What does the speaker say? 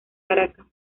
caracas